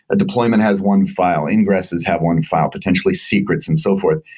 a deployment has one file. ingresses have one file, potentially secrets and so forth.